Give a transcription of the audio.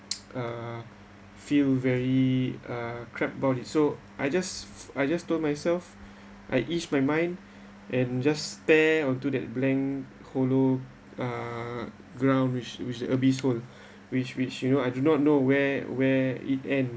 uh feel very uh crap about it so I just I just told myself I ease my mind and just stare onto that blank hollow uh ground which which abyss hole which which you know I do not know where where it end